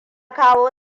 kawo